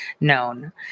known